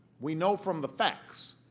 we know from the facts